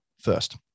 first